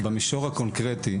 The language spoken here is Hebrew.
במישור הקונקרטי,